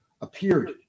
appeared